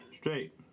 Straight